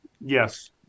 Yes